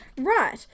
Right